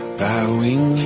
bowing